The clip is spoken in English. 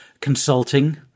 consulting